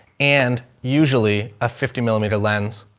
and usually a fifty millimeter lens,